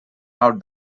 out